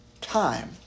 time